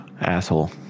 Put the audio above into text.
asshole